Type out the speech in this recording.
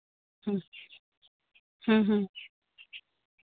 ᱦᱩᱸ ᱦᱩᱸ ᱦᱩᱸ ᱦᱩᱸ